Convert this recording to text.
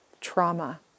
trauma